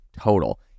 Total